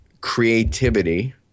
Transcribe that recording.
creativity